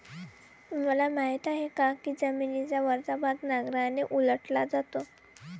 तुम्हाला माहीत आहे का की जमिनीचा वरचा भाग नांगराने उलटला जातो?